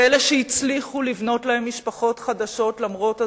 באלה שהצליחו לבנות להם משפחות חדשות למרות הזוועה,